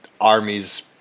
armies